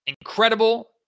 incredible